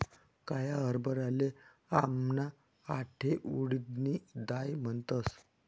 काया हरभराले आमना आठे उडीदनी दाय म्हणतस